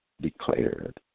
declared